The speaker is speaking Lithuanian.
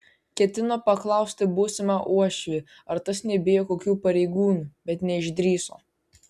ketino paklausti būsimą uošvį ar tas nebijo kokių pareigūnų bet neišdrįso